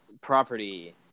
property